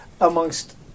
amongst